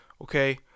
okay